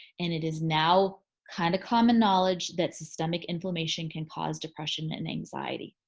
and it is now kind of common knowledge that systemic inflammation can cause depression and anxiety.